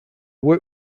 work